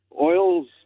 oils